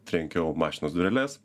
trenkiau mašinos dureles